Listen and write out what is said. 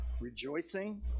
rejoicing